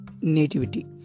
nativity